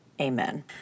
Amen